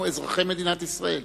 אנחנו אזרחי מדינת ישראל.